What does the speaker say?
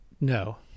No